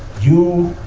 you